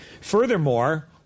Furthermore